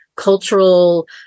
cultural